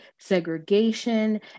segregation